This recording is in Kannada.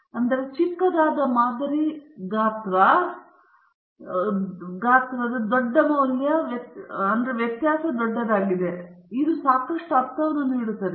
ಆದ್ದರಿಂದ ಚಿಕ್ಕದಾದ ಮಾದರಿ ಗಾತ್ರದ ದೊಡ್ಡ ಮೌಲ್ಯವು ವ್ಯತ್ಯಾಸವಾಗಿದೆ ಅದು ಸಾಕಷ್ಟು ಅರ್ಥವನ್ನು ನೀಡುತ್ತದೆ